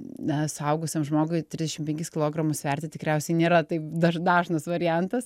na suaugusiam žmogui trisdešimt penkis kilogramus sverti tikriausiai nėra taip dar dažnas variantas